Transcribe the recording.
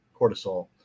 cortisol